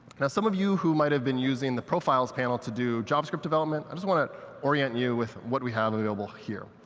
now, some of you who might have been using the profiles panel to do javascript development, i just want to orient you with what we have available here.